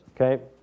okay